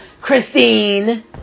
christine